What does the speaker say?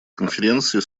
конференции